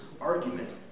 argument